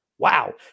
wow